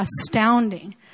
astounding